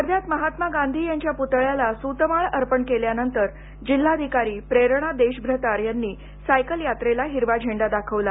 वध्यात महात्मा गांधी यांच्या पुतळ्याला सूतमाळ अर्पण केल्यानंतर जिल्हाधिकारी प्रेरणा देशभ्रतार यांनी सायकल यात्रेला हिरवा झेंडा दाखवला